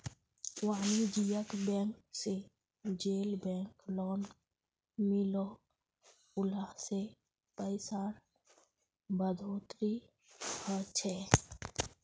वानिज्ज्यिक बैंक से जेल बैंक लोन मिलोह उला से पैसार बढ़ोतरी होछे